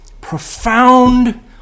profound